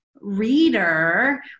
reader